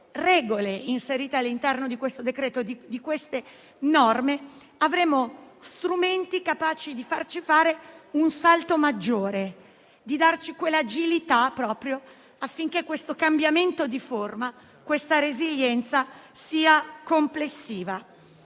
inserite all'interno di questo decreto e di queste norme avremo strumenti capaci di farci fare un salto maggiore, di darci l'agilità necessaria affinché questo cambiamento di forma e questa resilienza siano complessivi.